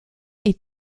est